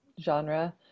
genre